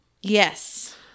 Yes